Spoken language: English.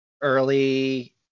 early